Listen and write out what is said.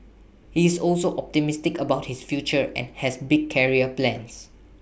he's also optimistic about his future and has big career plans